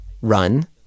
run